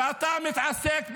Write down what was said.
ואתה מתעסק בשלך.